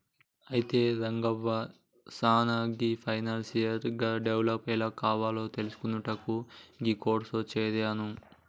అయితే రంగవ్వ నాను గీ ఫైనాన్షియల్ గా డెవలప్ ఎలా కావాలో తెలిసికొనుటకు గీ కోర్సులో జేరాను